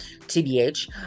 TBH